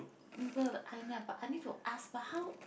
um but I never I need to ask but how